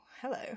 hello